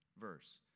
verse